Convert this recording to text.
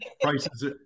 prices